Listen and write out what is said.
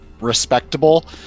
respectable